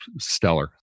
stellar